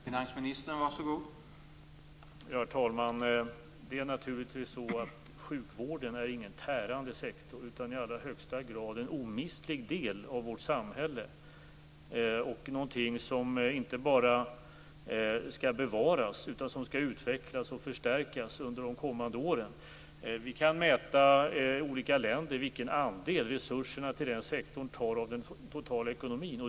Herr talman! Sjukvården är naturligtvis inte en tärande sektor, utan den är i allra högsta grad en omistlig del av vårt samhälle och något som inte bara skall bevaras utan som också skall utvecklas och förstärkas under de kommande åren. Vi kan mäta andelen resurser till denna sektor när det gäller den totala ekonomin i olika länder.